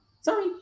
Sorry